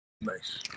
nice